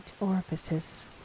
orifices